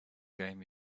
game